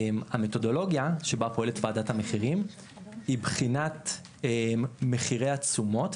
המתודולוגיה שבה פועלת ועדת המחירים היא בחינת מחירי התשומות,